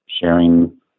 Sharing